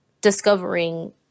discovering